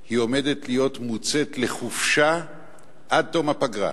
היא עומדת להיות מוצאת לחופשה עד תום הפגרה,